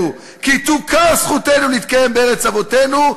כי תוכר זכותנו להתקיים בארץ אבותינו.